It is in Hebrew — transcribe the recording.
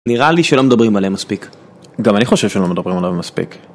נראה לי שלא מדברים עליהם מספיק. גם אני חושב שלא מדברים עליהם מספיק.